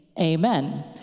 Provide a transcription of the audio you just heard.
Amen